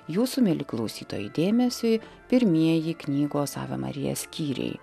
jūsų mieli klausytojai dėmesiui pirmieji knygos ave marija skyriai